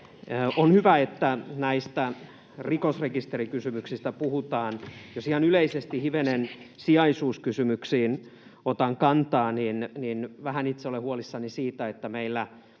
On hyvä, että näistä rikosrekisterikysymyksistä puhutaan. Jos ihan yleisesti otan hivenen kantaa sijaisuuskysymyksiin, niin itse olen vähän huolissani siitä, että meillä